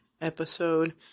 episode